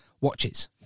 watches